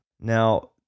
Now